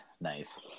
Nice